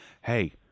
hey